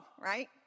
right